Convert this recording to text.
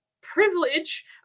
privilege